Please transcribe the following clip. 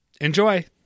Enjoy